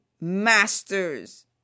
masters